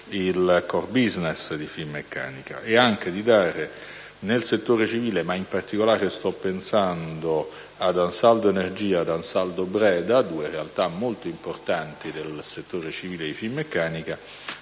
il *core business* di Finmeccanica e anche di dare nel settore civile - ma in particolare sto pensando ad Ansaldo Energia e Ansaldo Breda, due realtà molto importanti di tale settore di Finmeccanica